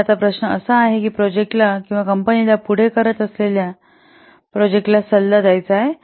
तर आता प्रश्न असा आहे की आपण प्रोजेक्टला किंवा कंपनीला पुढे करत असलेल्या प्रोजेक्ट ला सल्ला द्याल